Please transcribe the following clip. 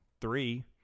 three